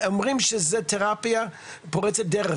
אומרים שזה תרפיה פורצת דרך,